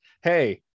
hey